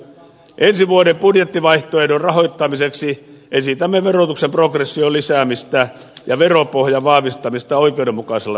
ensi vuoden budjettivaihtoehdon rahoittamiseksi esitämme verotuksen progression lisäämistä ja veropohjan vahvistamista oikeudenmukaisella tavalla